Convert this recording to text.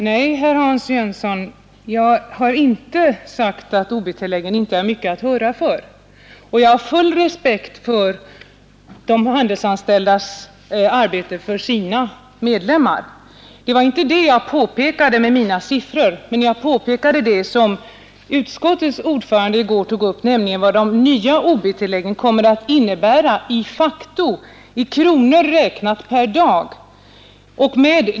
Herr talman! Nej, herr Jönsson, jag har inte sagt att ob-tillägget inte är mycket att hurra för, och jag har full respekt för Handelsanställdas förbunds arbete för sina medlemmar. Vad jag påvisade med mina siffror var — detta berörde utskottets ordförande i går — vad de nya ob-tilläggen de facto kommer att innebära räknat i kronor per dag.